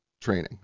training